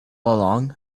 along